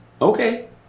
Okay